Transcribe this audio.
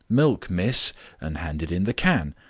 milk, miss and handed in the can.